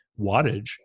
wattage